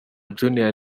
junior